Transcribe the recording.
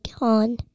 on